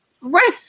right